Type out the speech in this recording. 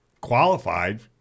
qualified